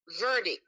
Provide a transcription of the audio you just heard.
verdict